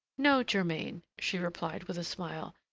no, germain, she replied, with a smile,